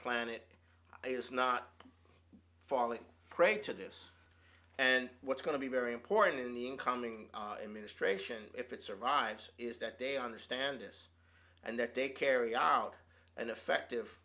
planet is not falling prey to this and what's going to be very important in the incoming administration if it survives is that day understand this and that they carry out an effective